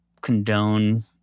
condone